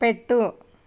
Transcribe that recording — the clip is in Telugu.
పెట్టు